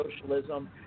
socialism